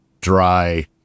dry